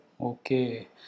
Okay